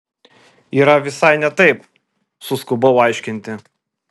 yra visai ne taip suskubau aiškinti